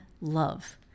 love